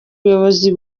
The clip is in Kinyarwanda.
ubuyobozi